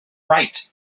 write